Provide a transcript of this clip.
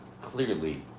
clearly